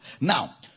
Now